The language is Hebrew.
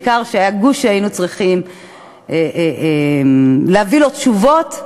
בעיקר שהיה גוש שהיינו צריכים להביא לו תשובות,